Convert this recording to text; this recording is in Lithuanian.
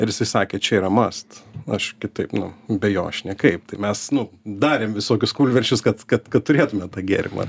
ir jis sakė čia yra mast aš kitaip nu be jo aš niekaip tai mes nu darėm visokius kūlvirsčius kad kad kad turėtume tą gėrimą